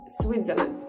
Switzerland